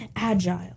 agile